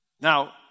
Now